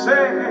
Say